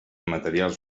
materials